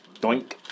Doink